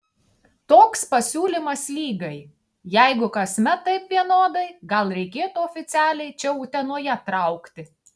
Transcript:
toks pasiūlymas lygai jeigu kasmet taip vienodai gal reikėtų oficialiai čia utenoje traukti